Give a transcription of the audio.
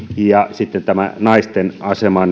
sitten naisten asema